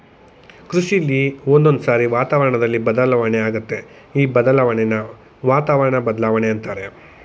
ಕೃಷಿಲಿ ಒಂದೊಂದ್ಸಾರಿ ವಾತಾವರಣ್ದಲ್ಲಿ ಬದಲಾವಣೆ ಆಗತ್ತೆ ಈ ಬದಲಾಣೆನ ವಾತಾವರಣ ಬದ್ಲಾವಣೆ ಅಂತಾರೆ